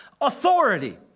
authority